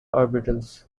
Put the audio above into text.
orbitals